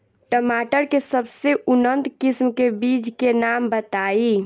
टमाटर के सबसे उन्नत किस्म के बिज के नाम बताई?